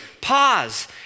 pause